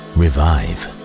revive